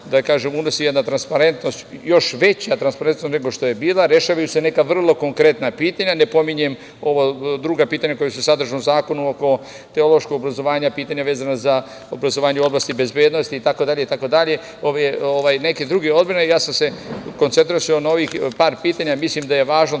obrazovanju unosi jedna transparentnost, još veća transparentnost nego što je bila, rešavaju se neka vrlo konkretna pitanja. Ne pominjem druga pitanja koja su sadržana u zakonu oko teološkog obrazovanja, pitanja vezana za obrazovanje u oblasti bezbednosti itd, neke druge odbrane. Koncentrisao sam se na ovih par pitanja. Mislim da je važno